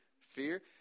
fear